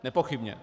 Nepochybně.